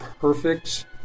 perfect